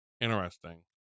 Interesting